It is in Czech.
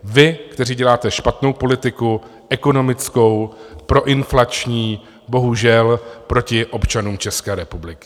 Vy, kteří děláte špatnou politiku ekonomickou, proinflační, bohužel proti občanům České republiky.